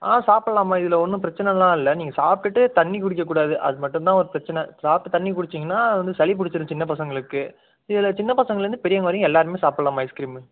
ஆ சாப்புடல்லாமா இதில் ஒன்றும் பிரச்சனைலாம் இல்லை நீங்கள் சாப்டுவிட்டு தண்ணி குடிக்கக்கூடாது அது மட்டும் தான் ஒரு பிரச்சனை சாப்பிட்டு தண்ணி குடிச்சிங்கன்னால்அது வந்து சளி பிடிச்சிரும் சின்ன பசங்களுக்கு இதில் சின்ன பசங்கலேருந்து பெரியவங்க வரையும் எல்லோருமே சாப்புடல்லாம்மா ஐஸ்கிரீம்